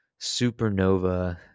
supernova